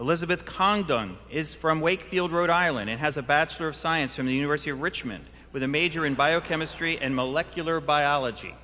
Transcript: khandaan is from wakefield rhode island it has a bachelor of science from the university of richmond with a major in biochemistry and molecular biology